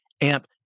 AMP